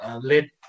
let